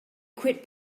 quit